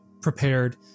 prepared